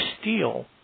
steel